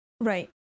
Right